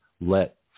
let